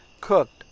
cooked